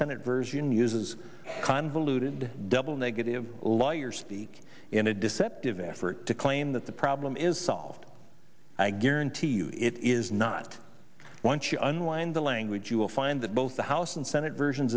senate version uses a convoluted double negative light years in a deceptive effort to claim that the problem is solved i guarantee you it is not once you unwind the language you will find that both the house and senate versions